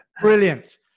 Brilliant